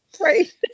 Right